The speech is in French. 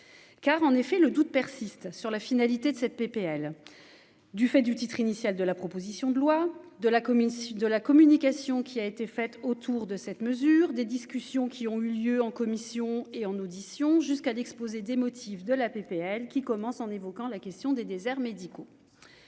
car, en effet, le doute persiste sur la finalité de cette PPL du fait du titre initial de la proposition de loi de la commune de la communication qui a été fait autour de cette mesure, des discussions qui ont eu lieu en commission et en audition jusqu'à l'exposé des motifs de la PPL qui commence en évoquant la question des déserts médicaux,